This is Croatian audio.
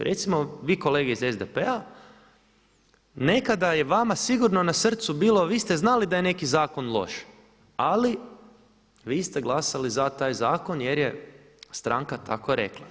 Recimo vi kolege iz SDP-a nekada je vama sigurno na srcu bilo, vi ste znali da je neki zakon loš ali vi ste glasali za taj zakon jer je stranka tako rekla.